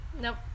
Nope